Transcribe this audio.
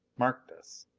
marked us.